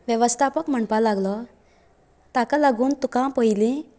वेवस्थापक म्हणपा लागलो ताका लागून तुका पयली